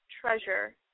treasure